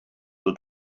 will